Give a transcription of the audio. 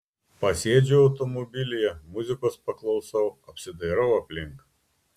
pasėdžiu automobilyje muzikos paklausau apsidairau aplink